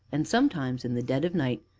and sometimes, in the dead of night,